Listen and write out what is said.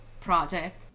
project